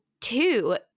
two